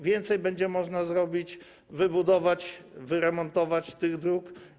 Więcej będzie można zrobić, wybudować, wyremontować tych dróg.